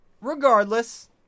Regardless